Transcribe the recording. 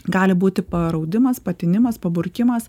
gali būti paraudimas patinimas paburkimas